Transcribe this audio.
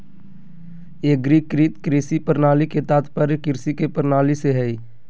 एग्रीकृत कृषि प्रणाली के तात्पर्य कृषि के प्रणाली से हइ